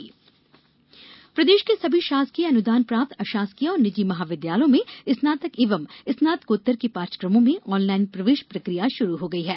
महाविद्यालय ऑनलाइन प्रवेश प्रदेश के सभी शासकीय अनुदान प्राप्त अशासकीय और निजी महाविद्यालयों में स्नातक एव स्नातकोत्तर के पाठ्यक्रमों में ऑनलाइन प्रवेश प्रक्रिया शुरू हो गई है